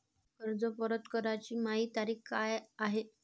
कर्ज परत कराची मायी तारीख का हाय?